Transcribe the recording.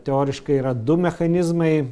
teoriškai yra du mechanizmai